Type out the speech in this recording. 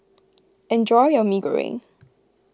enjoy your Mee Goreng